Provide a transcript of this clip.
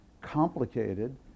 complicated